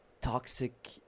toxic